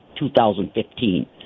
2015